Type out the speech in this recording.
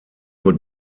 nur